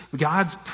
God's